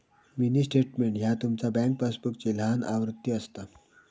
mini statement ह्या तुमचा bank पासबुकची लहान आवृत्ती असता